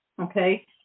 Okay